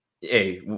hey